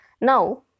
Now